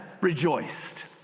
rejoiced